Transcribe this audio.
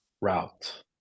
route